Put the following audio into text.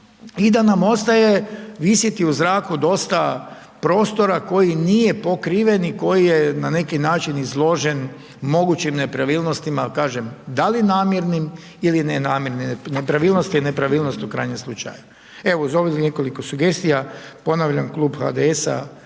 i da nam ostaje visjeti u zraku dosta prostora koji nije pokriven i koji je na neki način izložen mogućim nepravilnosti, ali kažem da li namjernim ili nenamjernim, nepravilnost je nepravilnost u krajnjem slučaju. Evo, uz ovih nekoliko sugestija, ponavljam Klub HDS-a,